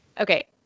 Okay